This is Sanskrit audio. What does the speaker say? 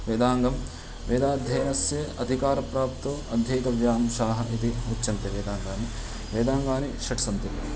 वेदाङ्गं वेदाध्ययनस्य अधिकारप्राप्तौ अध्येतव्याः अंशाः इति उच्यन्ते वेदाङ्गानि वेदाङ्गानि षट् सन्ति